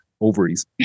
ovaries